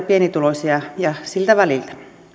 pienituloisia ja siltä väliltä